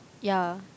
ya